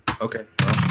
Okay